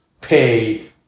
pay